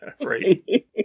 Right